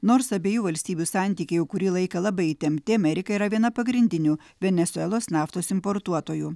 nors abiejų valstybių santykiai jau kurį laiką labai įtempti amerika yra viena pagrindinių venesuelos naftos importuotojų